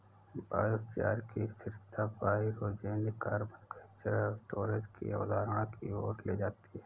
biochar की स्थिरता pyrogenic carbon capture और स्टोरेज की अवधारणा की ओर ले जाती है